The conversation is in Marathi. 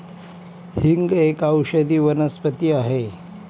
हिंग एक औषधी वनस्पती आहे